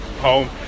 home